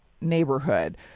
neighborhood